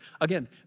again